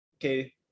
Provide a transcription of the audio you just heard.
Okay